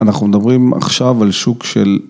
אנחנו מדברים עכשיו על שוק של